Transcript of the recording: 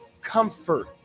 Comfort